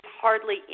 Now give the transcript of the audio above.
hardly